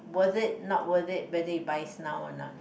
worth it not worth it whether he buys now or not